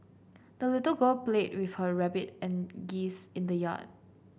the little girl played with her rabbit and geese in the yard